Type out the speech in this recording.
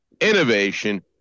innovation